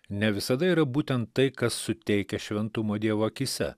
ne visada yra būtent tai kas suteikia šventumo dievo akyse